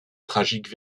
tragique